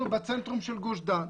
אנחנו בצנטרום של גוש דן.